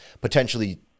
potentially